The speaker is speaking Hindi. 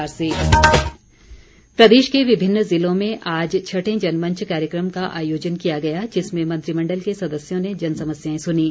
जनमंच प्रदेश के विभिन्न ज़िलों में आज छठे जनमंच कार्यक्रम का आयोजन किया गया जिसमें मंत्रिमण्डल के सदस्यों ने जनसमस्याएं सुनीं